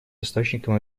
источником